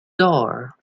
door